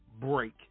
break